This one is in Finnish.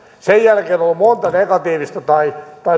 sen jälkeen on ollut monta negatiivista tai